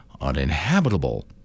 uninhabitable